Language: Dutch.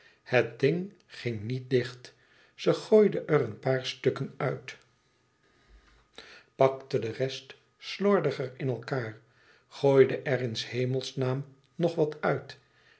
het ding ging niet dicht ze gooide er een paar stukken uit pakte de rest slordiger in elkaêr gooide er in s hemelsnaam nog wat uit